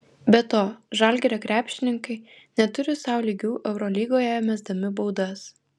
be to žalgirio krepšininkai neturi sau lygių eurolygoje mesdami baudas